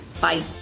Bye